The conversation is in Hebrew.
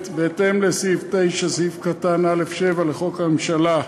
בהתאם לסעיף 9(א)(7) לחוק הממשלה,